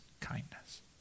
kindness